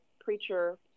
preacher